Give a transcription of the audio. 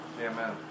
Amen